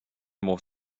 more